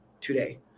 today